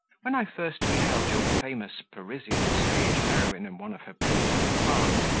when i first beheld your famous parisian stage heroine in one of her principal parts,